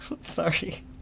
sorry